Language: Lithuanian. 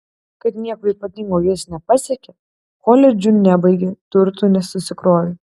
kad nieko ypatingo jis nepasiekė koledžų nebaigė turtų nesusikrovė